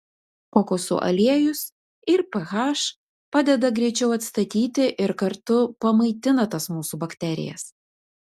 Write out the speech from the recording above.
kokosų aliejus ir ph padeda greičiau atstatyti ir kartu pamaitina tas mūsų bakterijas